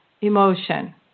emotion